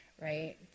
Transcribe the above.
right